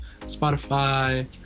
spotify